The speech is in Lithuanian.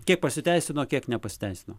kiek pasiteisino kiek nepasiteisino